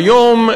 היום,